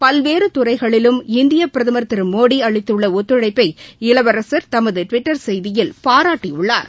பல்வேறுதுறைகளிலும் இந்தியபிரதமர் திருமோடி அளித்துள்ளஒத்துழைப்பை இளவரசர் தமதுடிவிட்டர் செய்தியில் பாரட்டியுள்ளார்